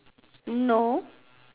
no